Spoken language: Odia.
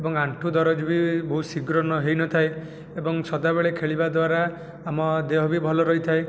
ଏବଂ ଆଣ୍ଠୁ ଦରଜ ବି ବହୁତ ଶୀଘ୍ର ନ ହୋଇନଥାଏ ଏବଂ ସଦାବେଳେ ଖେଳିବା ଦ୍ୱାରା ଆମ ଦେହ ବି ଭଲ ରହିଥାଏ